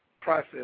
Process